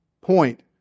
point